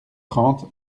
trente